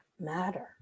matter